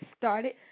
started